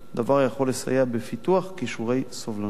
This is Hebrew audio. דבר היכול לסייע בפיתוח כישורי סובלנות